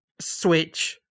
Switch